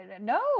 no